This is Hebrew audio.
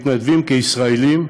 מתנדבים כישראלים.